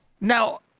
now